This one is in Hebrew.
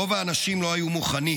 רוב האנשים לא היו מוכנים,